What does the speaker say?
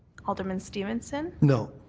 alderman stevenson. no.